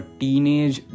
teenage